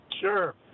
Sure